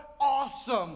awesome